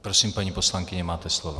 Prosím, paní poslankyně, máte slovo.